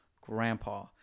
grandpa